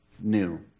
new